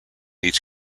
each